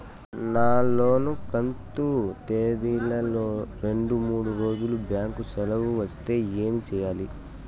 నా లోను కంతు తేదీల లో రెండు మూడు రోజులు బ్యాంకు సెలవులు వస్తే ఏమి సెయ్యాలి?